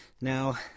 Now